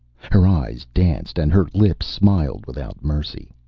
her eyes danced and her lips smiled without mercy.